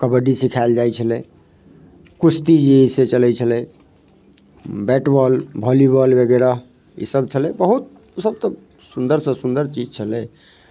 कबड्डी सिखाएल जाइ छलै कुश्ती जे अइ से चलै छलै बैट बॉल वॉली बॉल वगैरह ईसब छलै बहुत ओसब तऽ सुन्दरसँ सुन्दर चीज छलै